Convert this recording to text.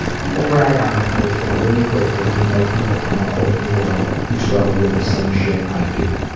people rag on it but it's been real great getting to know people from all over the world who struggle with the same shit i do.